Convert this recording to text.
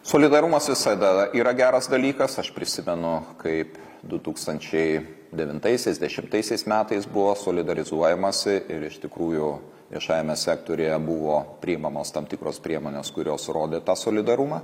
solidarumas visada yra geras dalykas aš prisimenu kaip du tūkstančiai devintaisiais dešimtaisiais metais buvo solidarizuojamasi ir iš tikrųjų viešajame sektoriuje buvo priimamos tam tikros priemonės kurios rodė tą solidarumą